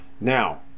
Now